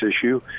issue